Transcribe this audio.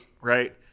Right